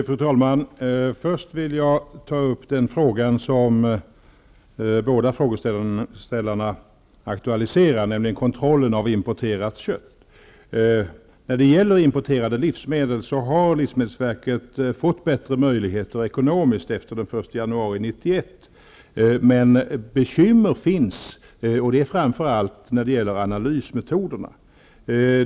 Fru talman! Först vill jag ta upp den fråga som båda frågeställarna aktualiserar, nämligen kontrollen av importerat kött. När det gäller importerade livsmedel har livsmedelsverket fått bättre ekonomiska möjligheter efter den 1 januari 1991, men det finns bekymmer, framför allt med analysmetoderna.